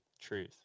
truth